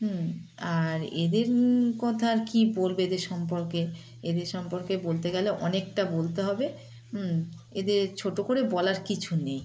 হুম আর এদের কথা আর কী বলবে এদের সম্পর্কে এদের সম্পর্কে বলতে গেলে অনেকটা বলতে হবে হুম এদের ছোটো করে বলার কিছু নেই